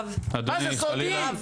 מה, זה סודי?